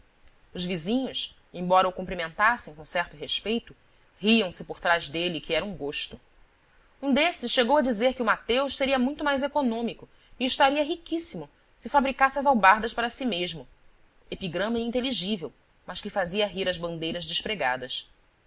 os vizinhos embora o cumprimentassem com certo respeito riam-se por trás dele que era um gosto um desses chegou a dizer que o mateus seria muito mais econômico e estaria riquíssimo se fabricasse as albardas para si mesmo epigrama ininteligível mas que fazia rir às bandeiras despregadas